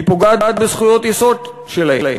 היא פוגעת בזכויות יסוד שלהם.